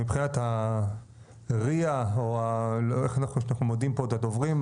מבחינת הRIA או איך אנחנו מודדים פה את הדוברים,